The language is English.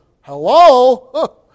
Hello